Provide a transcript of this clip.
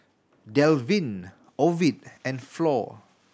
Delvin Ovid and Flor